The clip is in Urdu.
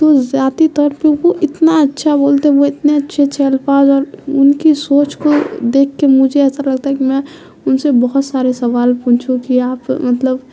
تو ذاتی طور پہ وہ اتنا اچھا بولتے ہیں وہ اتنے اچھے اچھے الفاظ اور ان کی سوچ کو دیکھ کے مجھے ایسا لگتا ہے کہ میں ان سے بہت سارے سوال پوچھوں کہ آپ مطلب